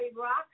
Rock